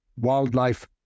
Wildlife